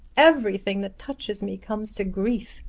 everything that touches me comes to grief.